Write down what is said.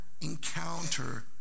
encounter